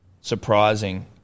surprising